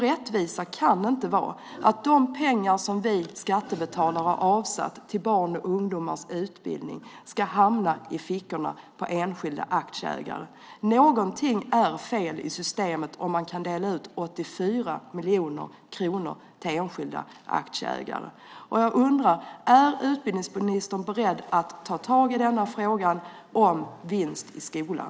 Rättvisa kan inte vara att de pengar som vi skattebetalare har avsatt till barns och ungdomars utbildning ska hamna i fickorna hos enskilda aktieägare. Någonting är fel i systemet om man kan dela ut 84 miljoner kronor till enskilda aktieägare. Är utbildningsministern beredd att ta tag i denna fråga om vinst i skolan?